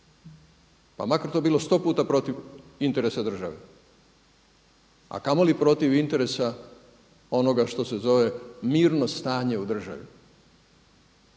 pa makar to bilo 100 puta protiv interesa države, a kamoli protiv interesa onoga što se zove mirno stanje u državi.